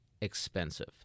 expensive